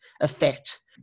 effect